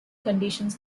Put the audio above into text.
conditions